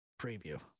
preview